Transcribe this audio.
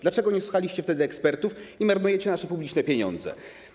Dlaczego nie słuchaliście wtedy ekspertów i marnujecie nasze publiczne pieniądze?